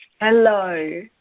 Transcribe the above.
Hello